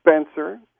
Spencer